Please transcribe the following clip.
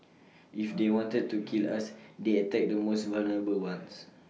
if they wanted to kill us they attack the most vulnerable ones